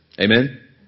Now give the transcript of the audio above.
Amen